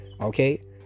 Okay